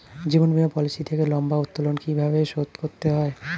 জীবন বীমা পলিসি থেকে লম্বা উত্তোলন কিভাবে শোধ করতে হয়?